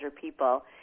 people